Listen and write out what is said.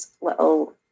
little